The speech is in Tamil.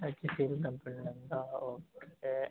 ஹெச்சிஎல் கம்பெனிலர்ந்தா ஓகே